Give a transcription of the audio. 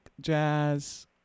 jazz